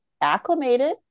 acclimated